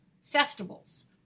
festivals